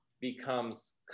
becomes